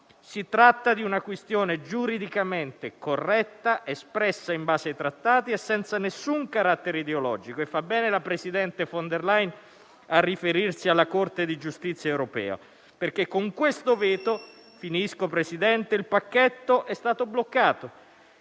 si tratta di una questione giuridicamente corretta, espressa in base ai trattati e senza alcun carattere ideologico e fa bene la presidente Von der Leyen a riferirsi alla Corte di giustizia europea, perché con questo veto il pacchetto è stato bloccato